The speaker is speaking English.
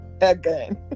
again